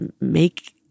make